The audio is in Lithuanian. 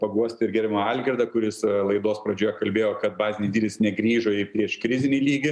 paguosti ir gerbiamą algirdą kuris laidos pradžioje kalbėjo kad bazinis dydis negrįžo į prieškrizinį lygį